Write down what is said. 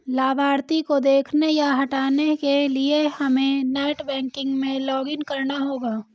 लाभार्थी को देखने या हटाने के लिए हमे नेट बैंकिंग में लॉगिन करना होगा